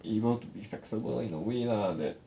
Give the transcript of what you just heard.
able to be flexible in a way lah that